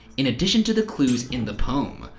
in addition to the clues in the poem,